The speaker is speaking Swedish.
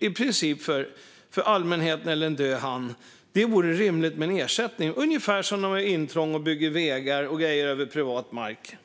i princip blir för allmänheten eller en död hand. Det vore rimligt med en ersättning, ungefär som vid intrång när man bygger vägar på privat mark.